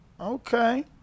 okay